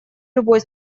любой